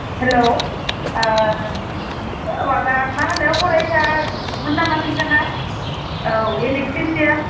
hello ओ माबा मा होनो अरायथा मोन नामा नोंथाङा औ इलेकत्रिसियान